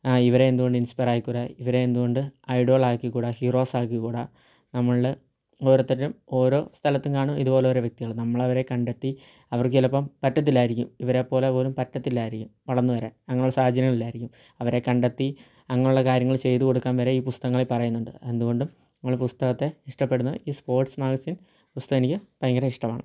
ഇവരെ എന്തു കൊണ്ട് ഇൻസ്പ്പയർ ആയിക്കൂടാ ഇവരെ എന്തുകൊണ്ട് ഐഡോൾ ആക്കിക്കൂടാ ഹീറോസ് ആക്കിക്കൂടാ നമ്മളിൽ ഓരോരുത്തരും ഓരോ സ്ഥലത്തും കാണും ഇതുപോലോരോ വ്യക്തികൾ നമ്മളവരെ കണ്ടെത്തി അവർക്ക് ചിലപ്പം പറ്റത്തില്ലായിരിക്കും ഇവരെ പോലെ പോലും പറ്റത്തില്ലായിരിക്കും വളർന്നു വരാൻ അങ്ങനുള്ള സാഹചര്യങ്ങളിലായിരിക്കും അവരെ കണ്ടെത്തി അങ്ങനുള്ള കാര്യങ്ങൾ ചെയ്ത് കൊടുക്കാൻ വരെ ഈ പുസ്തകങ്ങളിൽ പറയുന്നുണ്ട് എന്തു കൊണ്ടും നമ്മൾ പുസ്തകത്തെ ഇഷ്ടപ്പെടുന്നു ഈ സ്പോർട്സ് മാഗസീൻ പുസ്തകം എനിക്ക് ഭയങ്കര ഇഷ്ടമാണ്